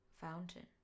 Fountain